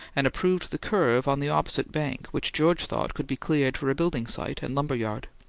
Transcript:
and approved the curve on the opposite bank which george thought could be cleared for a building site and lumber yard.